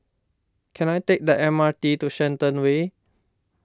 can I take the M R T to Shenton Way